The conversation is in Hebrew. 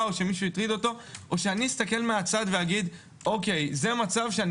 או שמישהו הטריד אותו או שאני אסתכל מהצד ואגיד: זה מצב שאני